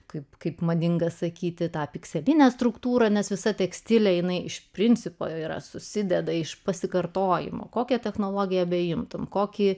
kaip kaip madinga sakyti tą tik sėdynės struktūrą nes visa tekstilė eina iš principo yra susideda iš pasikartojimų kokią technologijąbeimtum